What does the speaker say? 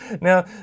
Now